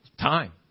Time